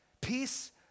Peace